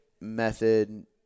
method